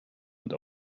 und